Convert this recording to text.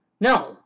No